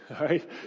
right